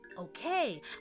Okay